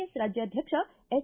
S ರಾಜ್ಯಾದ್ಯಕ್ಷ H